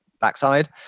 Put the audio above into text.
backside